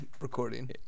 recording